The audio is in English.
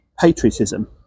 patriotism